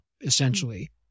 essentially